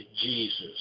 Jesus